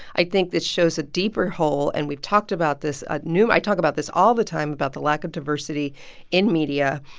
i think this shows a deeper hole and we've talked about this ah i talk about this all the time, about the lack of diversity in media.